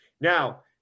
Now